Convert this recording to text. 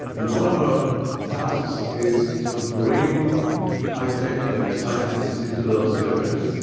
and one of our tasks is to bring high-tech and scientists into those areas.